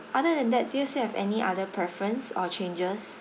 other than that do you still have any other preference or changes